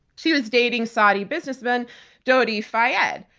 she was dating saudi businessman dodi fayed.